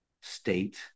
State